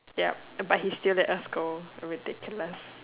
yup but he still let us go ridiculous